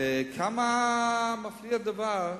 וכמה מפליא הדבר.